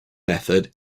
method